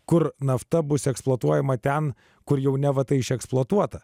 kur nafta bus eksploatuojama ten kur jau neva tai išeksploatuota